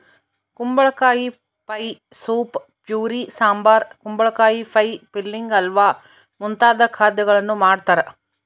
ಕುಂಬಳಕಾಯಿ pie soup puree sambar ಕುಂಬಳಕಾಯಿ pie filling halwa ಮುಂತಾದ ಖಾದ್ಯಗಳನ್ನು ಮಾಡ್ತಾರ